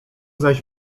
zaś